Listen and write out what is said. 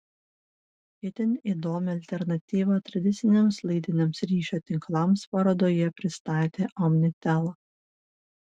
itin įdomią alternatyvą tradiciniams laidiniams ryšio tinklams parodoje pristatė omnitel